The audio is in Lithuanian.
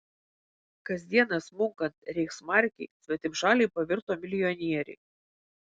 kasdieną smunkant reichsmarkei svetimšaliai pavirto milijonieriais